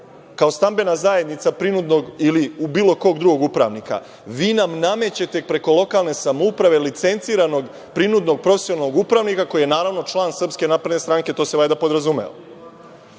kao stambena zajednica prinudnog ili bilo kog drugog upravnika, vi nam namećete preko lokalne samouprave licenciranog prinudnog profesionalnog upravnika, koji je naravno član SNS, to se valjda podrazumeva. Šta